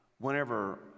whenever